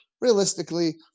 realistically